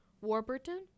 Warburton